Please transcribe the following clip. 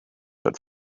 but